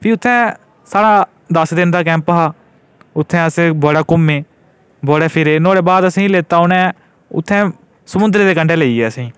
फ्ही उत्थै साढ़ा दस दिन दा कैंम्प हा उत्थै अस बड़ा घुम्मे बड़ा फिरे नुहाड़े बाद फिर असें गी लेता उ'नें समुद्र दे कंढै लेई गे असेंगी